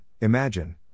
Imagine